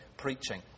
preaching